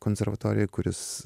konservatorijoj kuris